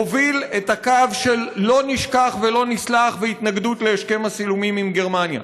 הוביל את הקו של "לא נשכח ולא נסלח" והתנגדות להסכם השילומים עם גרמניה?